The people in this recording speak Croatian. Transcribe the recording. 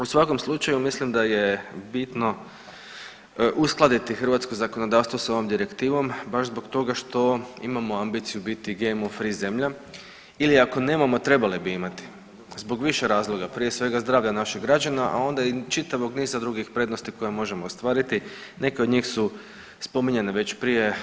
U svakom slučaju mislim da je bitno uskladiti hrvatsko zakonodavstvo sa ovom direktivom baš zbog toga što imamo ambiciju biti GMO free zemlja ili ako nemamo trebali bi imati zbog više razloga prije svega zdravlja naših građana, a onda i čitavog niza drugih prednosti koje možemo ostvariti, neke od njih su spominjane već prije.